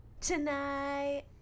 Tonight